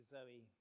Zoe